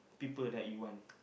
people that you want